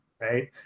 right